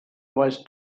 was